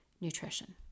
nutrition